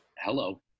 Hello